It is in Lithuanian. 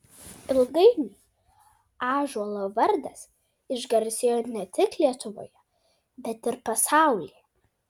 ilgainiui ąžuolo vardas išgarsėjo ne tik lietuvoje bet ir pasaulyje